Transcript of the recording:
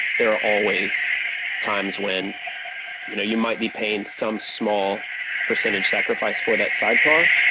there are always times when you know you might be paying some small percentage sacrifice for that sidecar,